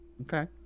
Okay